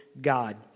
God